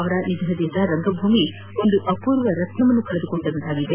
ಅವರ ನಿಧನದಿಂದ ರಂಗಭೂಮಿ ಒಂದು ಅಪೂರ್ವ ರತ್ನ ಕಳೆದುಕೊಂಡಂತಾಗಿದೆ